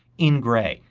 in gray.